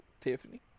Tiffany